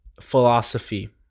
philosophy